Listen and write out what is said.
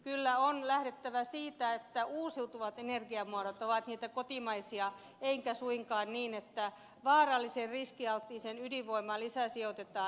kyllä on lähdettävä siitä että uusiutuvat energiamuodot ovat niitä kotimaisia eikä suinkaan niin että vaaralliseen riskialttiiseen ydinvoimaan lisäsijoitetaan